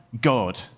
God